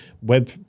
Web